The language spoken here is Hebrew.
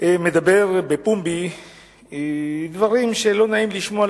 מדבר בפומבי דברים שלא נעים לשמוע,